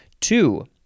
Two